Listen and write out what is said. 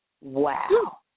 Wow